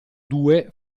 due